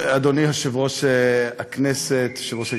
אדוני יושב-ראש הכנסת, יושב-ראש הישיבה,